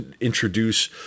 introduce